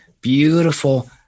beautiful